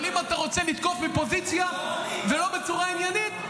אבל אם אתה רוצה לתקוף מפוזיציה ולא בצורה עניינית,